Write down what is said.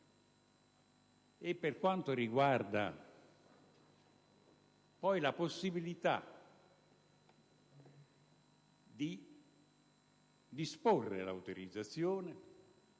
Per quanto riguarda poi la possibilità di disporre l'autorizzazione,